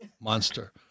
monster